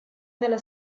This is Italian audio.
nella